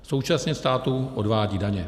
Současně státu odvádí daně.